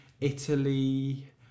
Italy